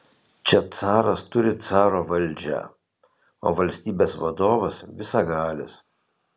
čia caras turi caro valdžią o valstybės vadovas visagalis